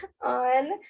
on